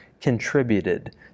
contributed